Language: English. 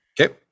Okay